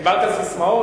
דיברת על ססמאות,